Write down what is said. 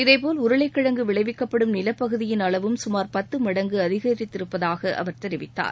இதேபோல் உருளைக்கிழங்கு விளைவிக்கப்படும் நிலப்பகுதியின் அளவும் சுமாா் பத்து மடங்கு அதிகரித்திருப்பதாக அவர் தெரிவித்தார்